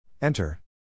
Enter